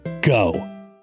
go